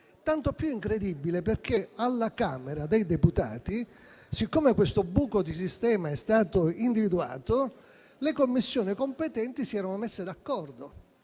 tanto più incredibile perché alla Camera dei deputati, siccome questo buco di sistema è stato individuato, le Commissioni competenti si erano messe d'accordo